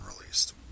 released